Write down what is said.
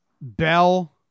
Bell